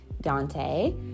Dante